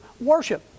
worship